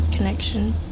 connection